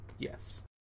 Yes